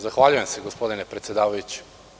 Zahvaljujem se, gospodine predsedavajući.